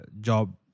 job